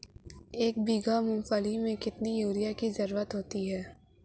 एक बीघा मूंगफली की खेती में कितनी यूरिया की ज़रुरत होती है?